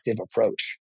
approach